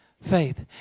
Faith